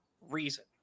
reason